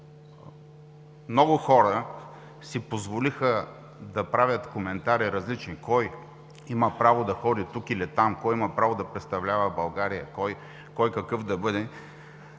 много хора си позволиха да правят различни коментари кой има право да ходи тук или там, кой има право да представлява България, кой какъв да бъде,